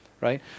right